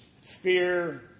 fear